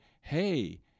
hey